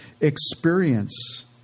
experience